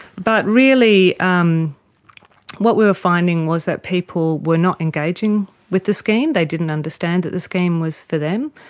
but really um what we were finding was that people were not engaging with the scheme, they didn't understand that the scheme was for them.